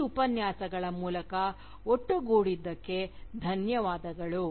ಈ ಉಪನ್ಯಾಸಗಳ ಮೂಲಕ ಒಟ್ಟುಗೂಡಿದಕ್ಕೆ ಧನ್ಯವಾದಗಳು